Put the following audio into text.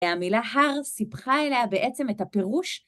והמילה הר סיפחה אליה בעצם את הפירוש.